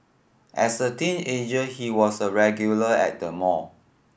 as a teenager he was a regular at the mall